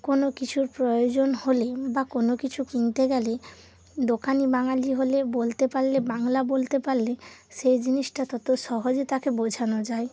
কোনো কিছুর প্রয়োজন হলে বা কোনো কিছু কিনতে গেলে দোকানি বাঙালি হলে বলতে পারলে বাংলা বলতে পারলে সেই জিনিসটা তত সহজে তাকে বোঝানো যায়